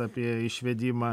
apie išvedimą